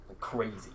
Crazy